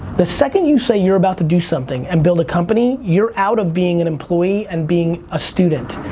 the second you say you're about to do something, and build a company you're out of being an employee and being a student.